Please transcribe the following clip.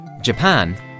Japan